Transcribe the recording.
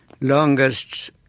longest